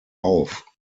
auf